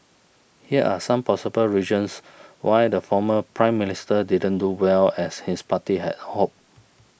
here are some possible reasons why the former Prime Minister didn't do well as his party had hoped